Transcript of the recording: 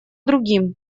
другим